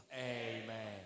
Amen